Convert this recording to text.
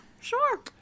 Sure